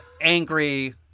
angry